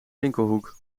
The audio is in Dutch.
winkelhoek